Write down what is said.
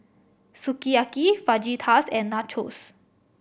Sukiyaki Fajitas and Nachos